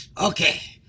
Okay